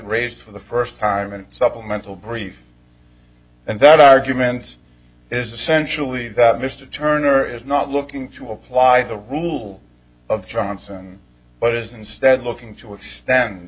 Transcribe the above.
raised for the first time in a supplemental brief and that argument is essentially that mr turner is not looking to apply the rule of johnson but is instead looking to extend